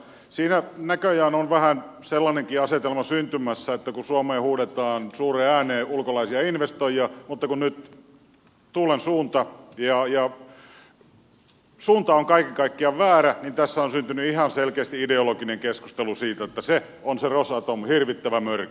siinä näköjään on vähän sellainenkin asetelma syntymässä että kun suomeen huudetaan suureen ääneen ulkolaisia investoijia mutta kun nyt tuulen suunta on kaiken kaikkiaan väärä niin tässä on syntynyt ihan selkeästi ideologinen keskustelu siitä että se rosatom on hirvittävä mörkö